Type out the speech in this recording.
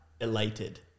elated